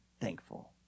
thankful